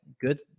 good